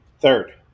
third